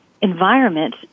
environment